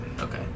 Okay